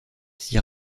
s’y